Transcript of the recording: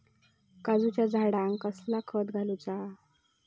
काजूच्या झाडांका कसला खत घालूचा?